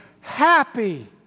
happy